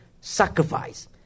sacrifice